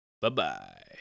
Bye-bye